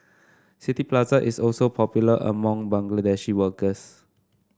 City Plaza is also popular among Bangladeshi workers